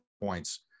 points